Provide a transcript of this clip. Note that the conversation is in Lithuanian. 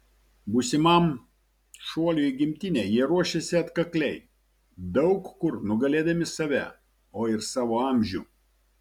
būsimam šuoliui į gimtinę jie ruošėsi atkakliai daug kur nugalėdami save o ir savo amžių